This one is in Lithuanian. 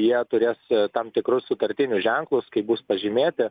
jie turės tam tikrus sutartinius ženklus kaip bus pažymėti